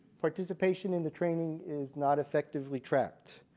participation in the training is not effectively tracked.